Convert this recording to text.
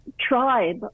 tribe